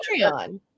Patreon